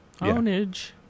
Ownage